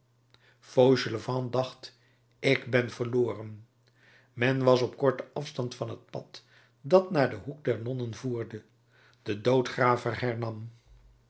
fauchelevent dacht ik ben verloren men was op korten afstand van het pad dat naar den hoek der nonnen voerde de